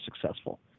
successful